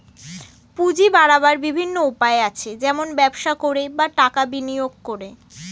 পুঁজি বাড়াবার বিভিন্ন উপায় আছে, যেমন ব্যবসা করে, বা টাকা বিনিয়োগ করে